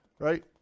Right